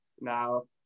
Now